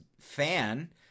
fan